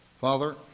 Father